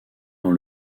dans